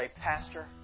Pastor